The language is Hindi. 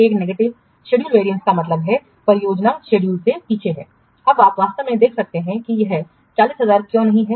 एक नकारात्मक शेड्यूल वेरियंस का मतलब है कि परियोजना शेडूल से पीछे है यहां आप वास्तव में देख सकते हैं कि यह 40000 क्यों नहीं है